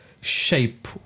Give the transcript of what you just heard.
shape